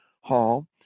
Hall